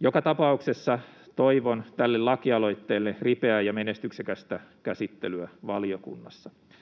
Joka tapauksessa toivon tälle lakialoitteelle ripeää ja menestyksekästä käsittelyä valiokunnassa.